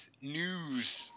news